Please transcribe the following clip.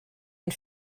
and